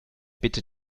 bitte